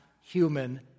human